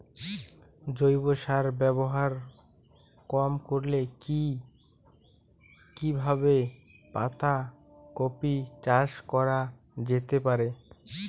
জৈব সার ব্যবহার কম করে কি কিভাবে পাতা কপি চাষ করা যেতে পারে?